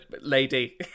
lady